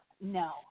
no